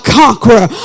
conqueror